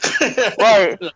Right